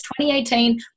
2018